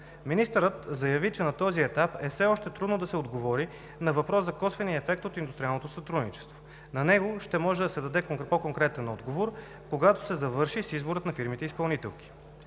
Министърът заяви, че на този етап е все още трудно да се отговори на въпрос за косвения ефект от индустриалното сътрудничество. На него ще може да се даде по-конкретен отговор, когато се завърши с изборът на фирмите изпълнителки.